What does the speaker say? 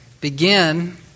begin